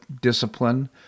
discipline